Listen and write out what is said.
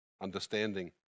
understanding